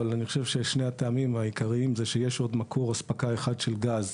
אבל אני חושב ששני הטעמים העיקריים זה שיש עוד מקור אספקה אחד של גז.